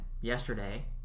yesterday